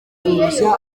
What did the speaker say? zoroshya